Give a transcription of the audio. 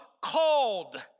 called